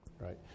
right